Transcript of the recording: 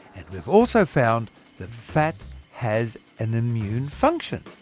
and we've also found that fat has an immune function.